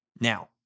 Now